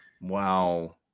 wow